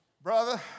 Brother